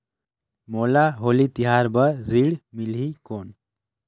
मोला होली तिहार बार ऋण मिलही कौन?